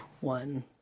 one